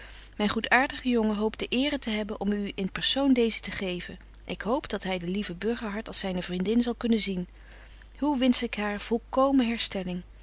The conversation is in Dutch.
myn goedaartige jongen hoopt de eere te hebben om u in persoon deezen te geven ik hoop dat hy de lieve burgerhart als zyne vriendin zal kunnen zien hoe wensch ik hare volkomen herstelling